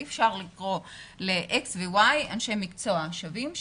אי אפשר לקרוא ל-X ו-Y אנשי מקצוע שווים,